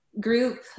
group